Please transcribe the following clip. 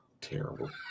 Terrible